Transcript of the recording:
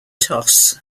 toss